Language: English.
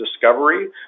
discovery